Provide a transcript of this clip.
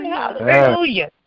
Hallelujah